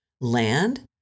land